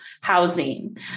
housing